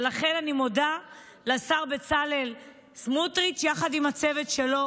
ולכן אני מודה לשר בצלאל סמוטריץ' יחד עם הצוות שלו,